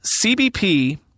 CBP